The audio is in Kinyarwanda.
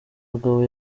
bagabo